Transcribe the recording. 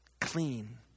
clean